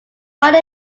quite